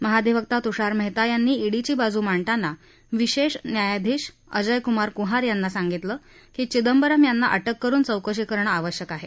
महाधिवक्ता तुषार मेहता यांनी ईडीची बाजू मांडताना विशेष न्यायाधीश अजय कुमार कुहार यांना सांगितलं की चिदंबरम यांना अटक करून चौकशी करणं आवश्यक आहे